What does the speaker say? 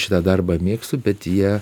šitą darbą mėgstu bet jie